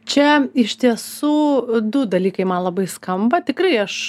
čia iš tiesų du dalykai man labai skamba tikrai aš